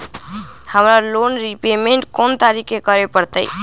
हमरा loan repayment कोन तारीख के करे के परतई?